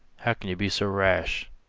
how can you be so rash?